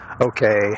okay